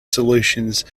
solutions